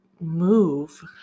move